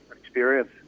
experience